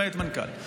למעט מנכ"ל.